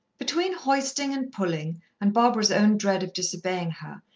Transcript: between hoisting and pulling and barbara's own dread of disobeying her,